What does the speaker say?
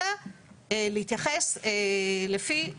אלא להתייחס לפי ימים,